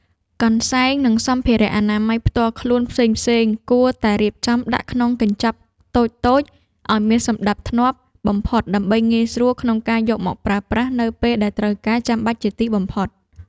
កន្សែង និង សម្ភារៈអនាម័យផ្ទាល់ខ្លួនផ្សេងៗគួរតែរៀបចំដាក់ក្នុងកញ្ចប់តូចៗឱ្យមានសណ្ដាប់ធ្នាប់បំផុតដើម្បីងាយស្រួលក្នុងការយកមកប្រើប្រាស់នៅពេលដែលត្រូវការចាំបាច់ជាទីបំផុត។